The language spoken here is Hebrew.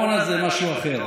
בגלל הקורונה זה משהו אחר.